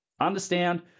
understand